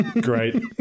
great